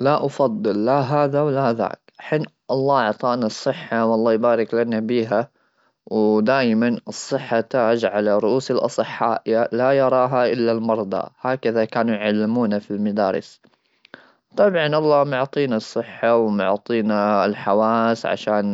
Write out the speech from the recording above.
لا افضل لا هذا ولا هذا حين الله اعطاني الصحه والله يبارك لنا بها ودائما الصحه تاج على رؤوس الاصحاء لا يراها الا المرضى هكذا كانوا يعلمون في المدارس طبعا الله يعطينا الصحه الحواس عشان